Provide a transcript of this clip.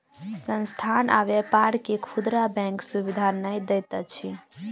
संस्थान आ व्यापार के खुदरा बैंक सुविधा नै दैत अछि